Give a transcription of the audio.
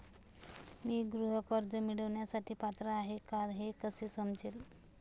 मी गृह कर्ज मिळवण्यासाठी पात्र आहे का हे कसे समजेल?